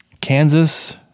Kansas